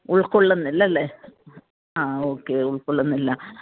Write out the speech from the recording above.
ഉൾക്കൊള്ളുന്നില്ലല്ലേ ആ ഓക്കേ ഉൾക്കൊള്ളുന്നില്ല